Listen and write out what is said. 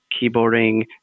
keyboarding